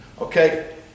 Okay